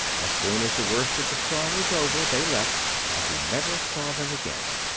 as soon as the worst of the storm was over, they left, and he never saw them again.